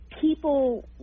people